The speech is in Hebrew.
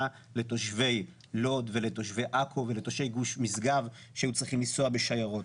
לתושבי לוד ולתושבי עכו ולתושבי גוש משגב שהיו צריכים לנסוע בשיירות.